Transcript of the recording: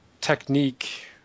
technique